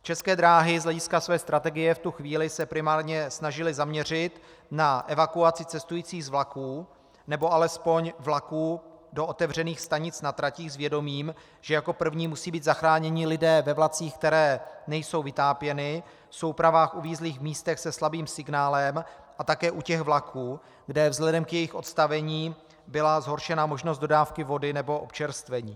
České dráhy z hlediska své strategie v tu chvíli se primárně snažily zaměřit na evakuaci cestujících z vlaků, nebo alespoň vlaků do otevřených stanic na tratích s vědomím, že jako první musí být zachráněni lidé ve vlacích, které nejsou vytápěny, v soupravách uvízlých v místech se slabým signálem a také u těch vlaků, kde vzhledem k jejich odstavení byla zhoršena možnost dodávky vody nebo občerstvení.